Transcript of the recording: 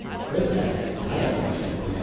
chris asks, i got a question for ya.